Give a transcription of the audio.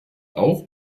auch